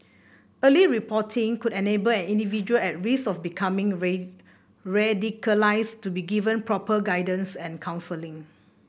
early reporting could enable an individual at risk of becoming radicalised to be given proper guidance and counselling